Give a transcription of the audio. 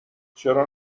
چرا